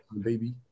baby